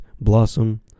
blossom